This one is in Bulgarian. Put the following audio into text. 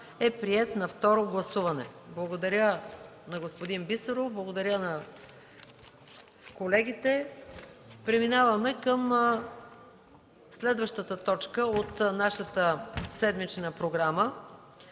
средства на второ гласуване. Благодаря на господин Бисеров и на колегите. Преминаваме към следващата точка от нашата седмична програма: